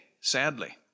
sadly